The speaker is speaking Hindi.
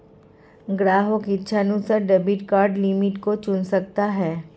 ग्राहक इच्छानुसार डेबिट कार्ड लिमिट को चुन सकता है